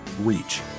reach